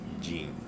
gene